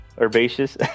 herbaceous